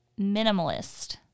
minimalist